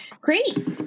Great